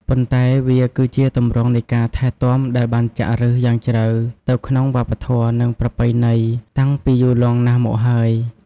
ប៉ុន្តែវាគឺជាទម្រង់នៃការថែទាំដែលបានចាក់ឫសយ៉ាងជ្រៅទៅក្នុងវប្បធម៌ និងប្រពៃណីតាំងពីយូរលង់ណាស់មកហើយ។